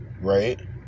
right